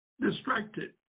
distracted